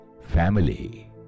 family